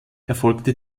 erfolgte